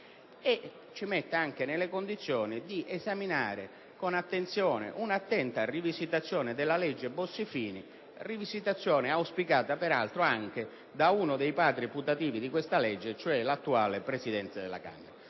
e ci metta anche nella condizione di esaminare con attenzione un'attenta rivisitazione della legge Bossi-Fini, rivisitazione auspicata peraltro anche da uno dei padri putativi di questa legge, cioè l'attuale Presidente della Camera.